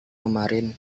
kemarin